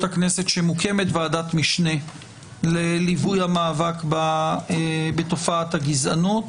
הכנסת שמוקמת ועדת משנה לליווי המאבק בתופעת הגזענות